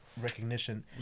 recognition